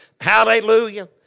Hallelujah